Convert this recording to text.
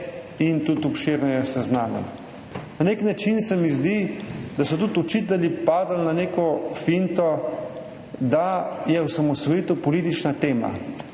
in tudi obširneje seznanjali. Na nek način se mi zdi, da so tudi učitelji padli na neko finto, da je osamosvojitev politična tema,